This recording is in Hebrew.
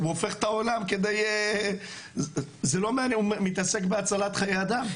הוא הופך את העולם כדי, הוא מתעסק בהצלת חיי אדם.